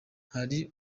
hari